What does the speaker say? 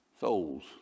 souls